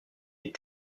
est